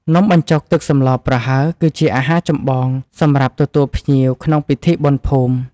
នំបញ្ចុកទឹកសម្លប្រហើរ គឺជាអាហារចម្បងសម្រាប់ទទួលភ្ញៀវក្នុងពិធីបុណ្យភូមិ។